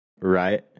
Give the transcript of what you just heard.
Right